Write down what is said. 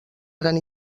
gran